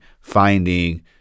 finding